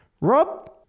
Rob